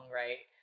right